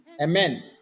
Amen